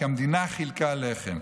כי המדינה חילקה לחם.